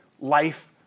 life